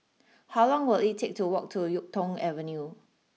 how long will it take to walk to Yuk Tong Avenue